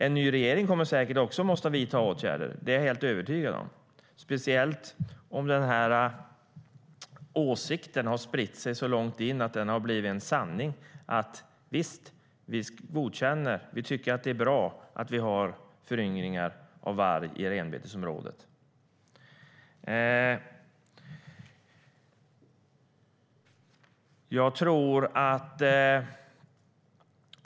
En ny regering kommer säkert också att behöva vidta åtgärder - det är jag helt övertygad om - speciellt om man har låtit det bli en etablerad sanning att det är bra med föryngringar av varg i renbetesområdet.